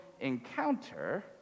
encounter